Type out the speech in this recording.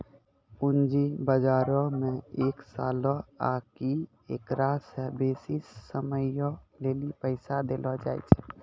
पूंजी बजारो मे एक सालो आकि एकरा से बेसी समयो लेली पैसा देलो जाय छै